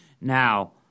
Now